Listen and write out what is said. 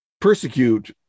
persecute